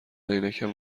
عینکم